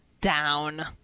down